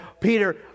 Peter